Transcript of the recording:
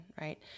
right